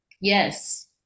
yes